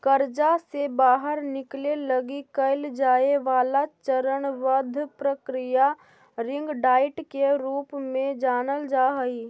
कर्जा से बाहर निकले लगी कैल जाए वाला चरणबद्ध प्रक्रिया रिंग डाइट के रूप में जानल जा हई